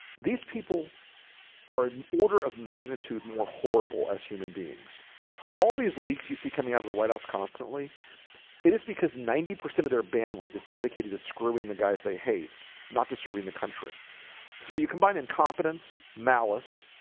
these people are an order of magnitude more horrible as human beings all these leaks you see coming out of the white house constantly it is because ninety percent of their bandwidth is dedicated as screwing the guys they hate not to serving the country so you combine incompetence maois?